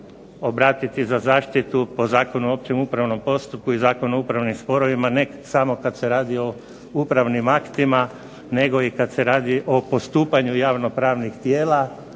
obratiti za zaštitu po Zakonu o općem upravnom postupku i Zakonu o upravnim sporovima ne samo kad se radi o upravnim aktima, nego i kad se radi o postupanju javno-pravnih tijela,